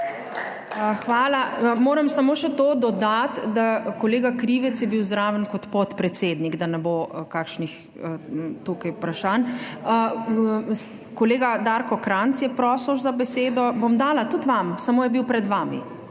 Hvala. Moram samo še to dodati, da je bil kolega Krivec zraven kot podpredsednik, da ne bo tukaj kakšnih vprašanj. Kolega Darko Krajnc je prosil za besedo. Bom dala tudi vam, samo je bil pred vami.